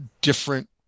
different